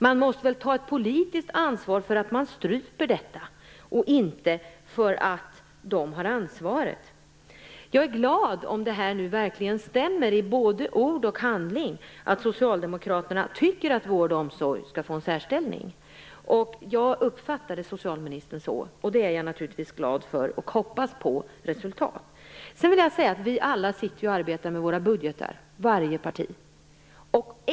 Man måste väl ta ett politiskt ansvar för att man stryper detta och inte säga att andra har ansvaret. Jag är glad om det verkligen stämmer i både ord och handling att socialdemokraterna tycker att vård och omsorg skall få en särställning. Jag uppfattade socialministern så. Det är jag naturligtvis glad för, och jag hoppas på resultat. Sedan vill jag säga att vi ju alla, varje parti, sitter och arbetar med våra budgetar.